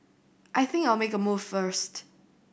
I think I'll make a move first